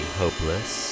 hopeless